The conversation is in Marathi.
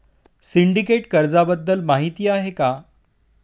सिंडिकेट कर्जाबद्दल माहिती आहे का?